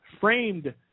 framed